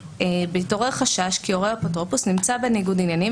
ש"בהתעורר חשש כי הורה או אפוטרופוס נמצא בניגוד עניינים